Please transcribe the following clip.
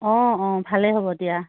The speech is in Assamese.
অ অ ভালে হ'ব দিয়া